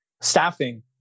staffing